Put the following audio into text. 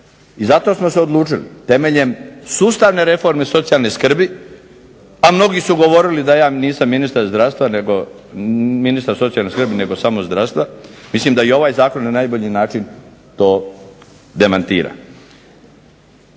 I zato smo se odlučili, temeljem sustavne reforme socijalne skrbi, a mnogi su govorili da ja nisam ministar zdravstva nego, ministar socijalne skrbi nego samo zdravstva, mislim da i ovaj zakon na najbolji način to demantira.